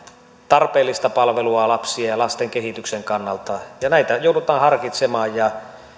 tarpeellista palvelua lasten ja lasten kehityksen kannalta ja näitä joudutaan harkitsemaan ja